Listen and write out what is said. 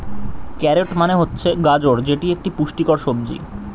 carrot মানে হচ্ছে গাজর যেটি একটি পুষ্টিকর সবজি